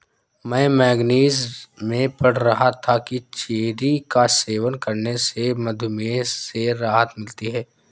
मैं मैगजीन में पढ़ रहा था कि चेरी का सेवन करने से मधुमेह से राहत मिलती है